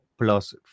plus